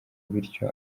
bityo